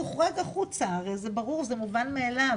תוחרג החוצה, הרי זה ברור, זה מובן מאליו,